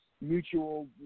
mutual